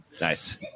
Nice